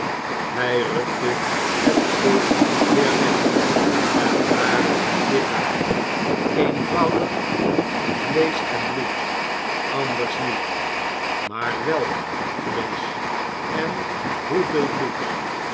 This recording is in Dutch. hij rukte het kleed weer weg en daar lag het lichaam eenvoudig vleesch en bloed anders niet maar welk vleesch en hoeveel bloed